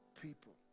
people